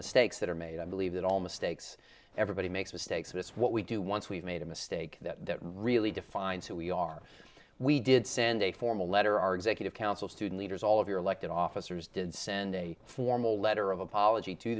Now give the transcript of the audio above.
mistakes that are made i believe that all mistakes everybody makes mistakes it's what we do once we've made a mistake that really defines who we are we did send a formal letter our executive council student leaders all of your elected officers did send a formal letter of apology to